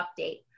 update